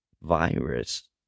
virus